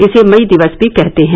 इसे मई दिवस भी कहते है